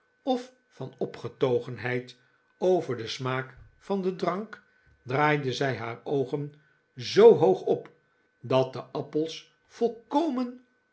of van opgetogenheid over den smaak van den drank draaide zij haar oogen zoo hoog op dat de appels volkomen